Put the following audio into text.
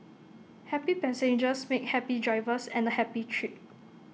happy passengers make happy drivers and A happy trip